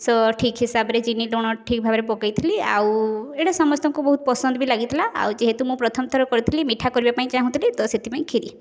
ସଠିକ୍ ହିସାବରେ ଚିନି ଲୁଣ ଠିକ ଭାବରେ ପକେଇଥିଲି ଆଉ ଏଇଟା ସମସ୍ତଙ୍କୁ ବହୁତ ପସନ୍ଦ ବି ଲାଗିଥିଲା ଆଉ ଯେହେତୁ ମୁଁ ପ୍ରଥମ ଥର କରିଥିଲି ମିଠା କରିବା ପାଇଁ ଚାହୁଁଥିଲି ତ ସେଥିପାଇଁ କ୍ଷିରି